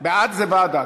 בעד, זה ועדה.